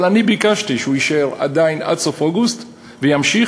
אבל אני ביקשתי שהוא יישאר עד סוף אוגוסט וימשיך,